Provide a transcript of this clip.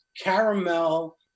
caramel